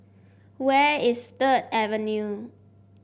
where is Third Avenue